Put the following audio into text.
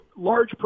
large